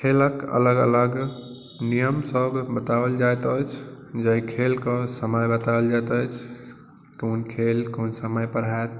खेलक अलग अलग नियम सब बताओल जाइत अछि जाहि खेलके समय बतायल जाइत अछि कओन खेल कओन समय पर होयत